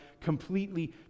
completely